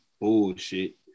bullshit